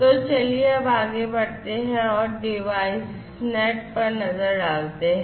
तो चलिए अब आगे बढ़ते हैं और डिवाइसनेट पर नज़र डालते हैं